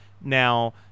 now